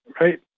right